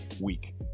week